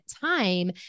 time